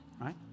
right